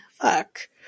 fuck